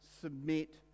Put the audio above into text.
submit